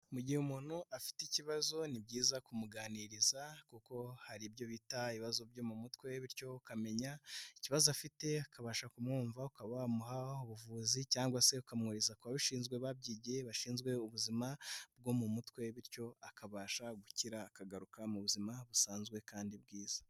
Mu gihe umuntu afite ikibazo ni byiza kumuganiriza, kuko hari ibyo bita ibibazo byo mu mutwe bityo ukamenya ikibazo afite akabasha kumwumva ukaba wamuha ubuvuzi cyangwa se ukamwohereza ku babishinzwe babyigiye bashinzwe ubuzima bwo mu mutwe, bityo akabasha gukira akagaruka mu buzima busanzwe kandi bwiza.